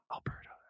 Alberta